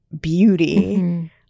beauty